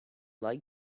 like